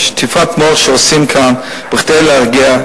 משטיפת המוח שעושים כאן כדי להרגיע.